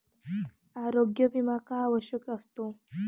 आरोग्य विमा का आवश्यक असतो?